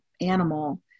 animal